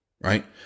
right